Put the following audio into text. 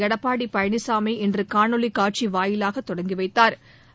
எடப்பாடி பழனிசாமி இன்று காணொலி னட்சி வாயிலாக தொடங்கி வைத்தாா்